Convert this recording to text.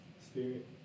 Spirit